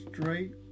straight